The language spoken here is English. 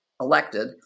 elected